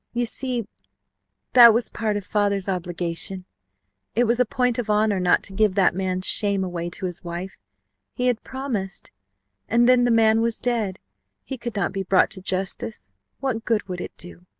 you see that was part of father's obligation it was a point of honor not to give that man's shame away to his wife he had promised and then, the man, was dead he could not be brought to justice what good would it do?